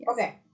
okay